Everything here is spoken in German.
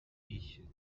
ich